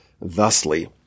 thusly